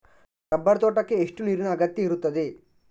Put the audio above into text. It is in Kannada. ರಬ್ಬರ್ ತೋಟಕ್ಕೆ ಎಷ್ಟು ನೀರಿನ ಅಗತ್ಯ ಇರುತ್ತದೆ?